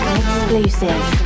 exclusive